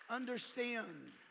Understand